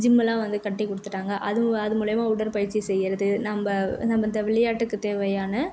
ஜம்மெல்லாம் வந்து கட்டி கொடுத்துட்டாங்க அதுவு அது மூலிமா உடற்பயிற்சி செய்கிறது நம்ம நம்ம இந்த விளையாட்டுக்கு தேவையான